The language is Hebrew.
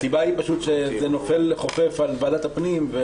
הסיבה היא שזה חופף לישיבות ועדת הפנים.